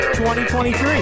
2023